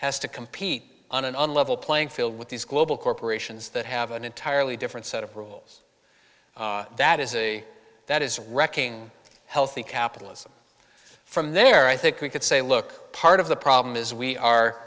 to compete on an unlevel playing field with these global corporations that have an entirely different set of rules that is a that is wrecking healthy capitalism from there i think we could say look part of the problem is we are